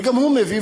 וגם הוא מביא,